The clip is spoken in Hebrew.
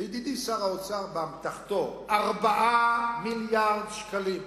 לידידי שר האוצר באמתחתו 4 מיליארדי שקלים,